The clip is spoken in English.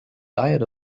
diet